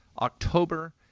October